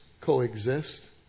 coexist